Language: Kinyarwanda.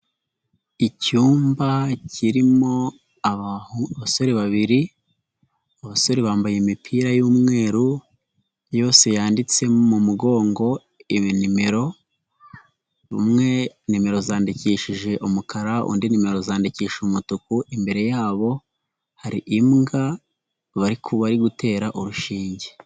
Icyumba kirimo abasore babiri, abasore bambaye imipira y'umweru, yose yanditse mu mugongo ibi nimero, umwe nimero zandikishije umukara, undi nimero zandikisha umutuku, imbere yabo hari imbwa bari gutera urushinge.